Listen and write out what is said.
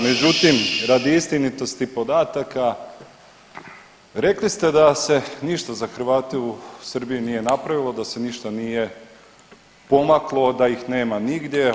Međutim, radi istinitosti podataka rekli ste da se ništa za Hrvate u Srbiji nije napravilo, da se ništa nije pomaklo, da ih nema nigdje.